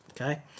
okay